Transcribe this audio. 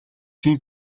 тийм